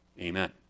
Amen